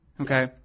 Okay